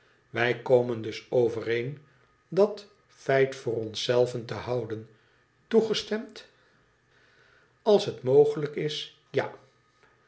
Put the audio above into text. wij komen dos overeen dat feit voor ons zei ven te houden toegestemd als het mogelijk is ja